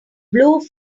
blue